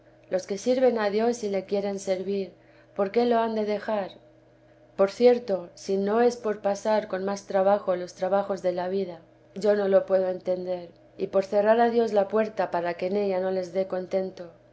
los que sirven a dios y le quieren servir por qué lo han de dejar por cierto si no es por pasar con más trabajo los trabajos de la vida yo no lo puedo entender y por cerrar a dios la puerta para que en ella no les dé contento